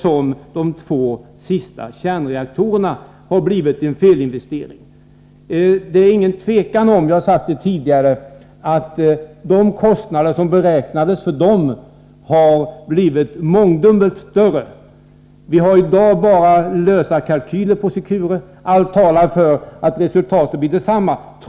som de två sista kärnreaktorerna har blivit en felinvestering. Som jag sagt tidigare råder det inget tvivel om att de verkliga kostnaderna för dem har blivit mångdubbelt större än de beräknade. Vi har i dag bara lösa kalkyler på Secure, men allt talar för att resultatet blir detsamma.